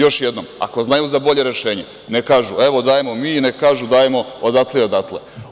Još jednom, ako znaju za bolje rešenje, neka kažu, evo dajemo mi i neka kažu dajemo odatle i odatle.